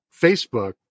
Facebook